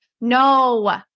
no